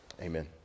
Amen